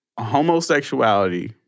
homosexuality